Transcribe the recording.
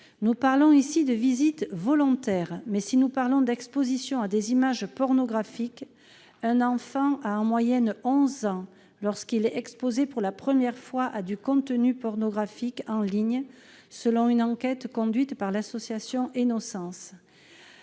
Il s'agit là de visites volontaires, mais si nous parlons d'exposition à des images pornographiques, un enfant a en moyenne 11 ans lorsqu'il est exposé pour la première fois à du contenu pornographique en ligne, selon une enquête conduite par l'association Ennocence.